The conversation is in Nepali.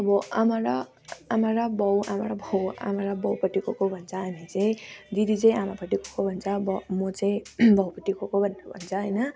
अब आमा र आमा र बाउ आमा र बाउ आमा र बाउपट्टि गएको भन्छ हामी चाहिँ दिदी चाहिँ आमापट्टि गएको भन्छ बाउ म चाहिँ बाउपट्टि गएको भनेर भन्छ होइन